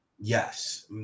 Yes